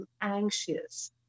anxious